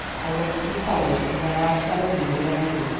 i went to the college and there i fell in with a lady,